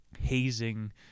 hazing